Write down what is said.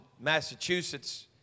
Massachusetts